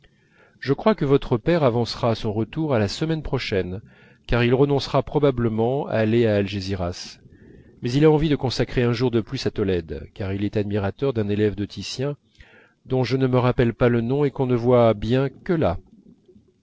je crois que votre père avancera son retour à la semaine prochaine car il renoncera probablement à aller à algésiras mais il a envie de consacrer un jour de plus à tolède car il est admirateur d'un élève de titien dont je ne me rappelle pas le nom et qu'on ne voit bien que là